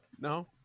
No